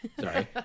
Sorry